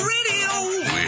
Radio